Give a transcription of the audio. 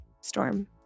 storm